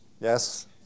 Yes